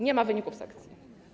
Nie ma wyników sekcji.